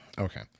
okay